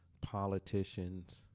politicians